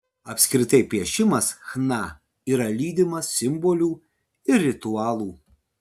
apskritai piešimas chna yra lydimas simbolių ir ritualų